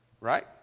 Right